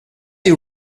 you